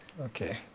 Okay